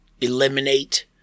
eliminate